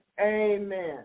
Amen